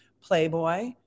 Playboy